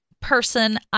person